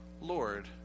Lord